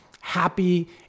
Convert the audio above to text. happy